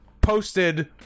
Posted